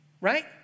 Right